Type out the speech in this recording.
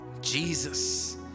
Jesus